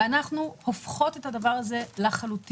היום אנחנו הופכות את הדבר הזה לחלוטין,